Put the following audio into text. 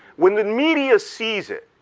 when the media sees it,